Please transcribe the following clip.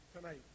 tonight